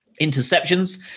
Interceptions